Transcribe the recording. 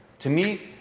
to me,